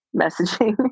messaging